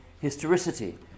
historicity